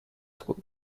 school